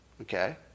Okay